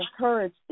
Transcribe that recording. encourage